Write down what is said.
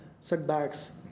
setbacks